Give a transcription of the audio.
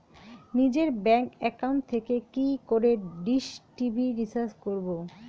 নিজের bank account থেকে কি করে ডিশ টি.ভি রিচার্জ করবো?